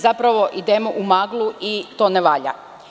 Zapravo, idemo u maglu i to ne valja.